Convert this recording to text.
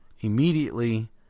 immediately